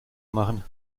machen